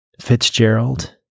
Fitzgerald